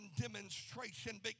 demonstration